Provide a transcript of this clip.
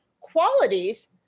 qualities